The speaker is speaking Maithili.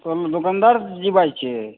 कोन दुकानदार जी बाजै छियै